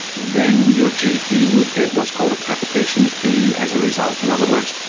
then your gp would get what's called a capitation fee as a result? in other words,